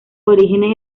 orígenes